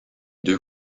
deux